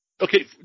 okay